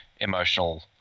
emotional